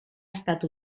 estat